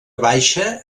baixa